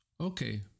Okay